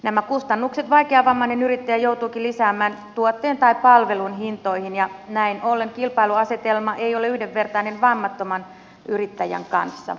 nämä kustannukset vaikeavammainen yrittäjä joutuukin lisäämään tuotteen tai palvelun hintoihin ja näin ollen kilpailuasetelma ei ole yhdenvertainen vammattoman yrittäjän kanssa